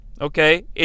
Okay